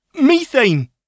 Methane